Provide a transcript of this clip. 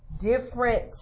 different